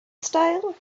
style